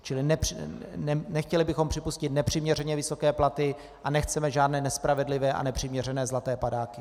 Čili nechtěli bychom připustit nepřiměřeně vysoké platy a nechceme žádné nespravedlivé a nepřiměřené zlaté padáky.